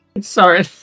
Sorry